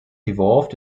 evolved